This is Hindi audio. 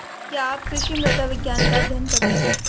क्या आप कृषि मृदा विज्ञान का अध्ययन करते हैं?